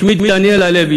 שמי דניאלה לוי,